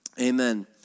Amen